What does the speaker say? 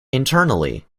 internally